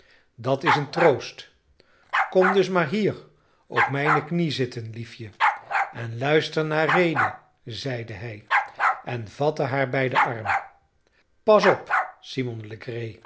dat is een troost kom dus maar hier op mijne knie zitten liefje en luister naar rede zeide hij en vatte haar bij den arm pas op simon legree